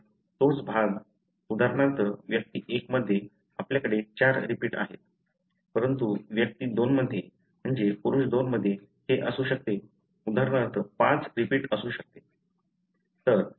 तो तोच भाग उदाहरणार्थ व्यक्ती 1 मध्ये आपल्याकडे 4 रिपीट आहेत परंतु व्यक्ती 2 मध्ये हे असे असू शकते उदाहरणार्थ 5 रिपीट असू शकते